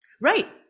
Right